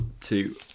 two